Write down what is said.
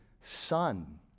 son